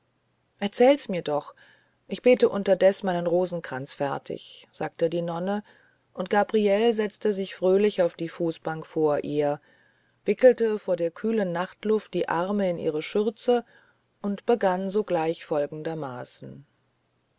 erzähl's mir doch ich bete unterdes meinen rosenkranz fertig sagte die nonne und gabriele setzte sich fröhlich auf die fußbank vor ihr wickelte vor der kühlen nachtluft die arme in ihre schürze und begann sogleich folgendermaßen